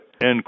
end